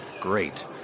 Great